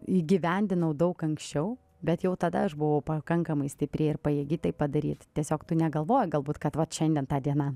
įgyvendinau daug anksčiau bet jau tada aš buvau pakankamai stipri ir pajėgi tai padaryt tiesiog negalvoji galbūt kad vat šiandien ta diena